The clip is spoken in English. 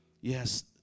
Yes